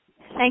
Thank